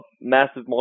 massive